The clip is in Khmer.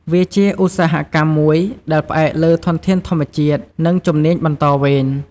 វាជាឧស្សាហកម្មមួយដែលផ្អែកលើធនធានធម្មជាតិ និងជំនាញបន្តវេន។